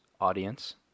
audience